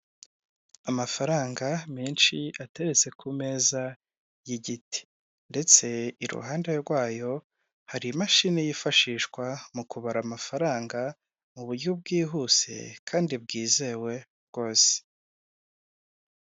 Amafaranga menshi ateretse ku meza y'igiti ndetse iruhande rwayo hari imashini yifashishwa mu kubara amafaranga mu buryo bwihuse kandi bwizewe rwose.